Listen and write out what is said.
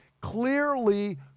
clearly